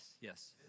Yes